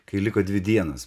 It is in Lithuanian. kai liko dvi dienos